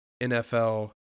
NFL